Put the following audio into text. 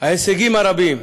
ההישגים רבים,